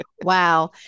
Wow